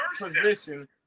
position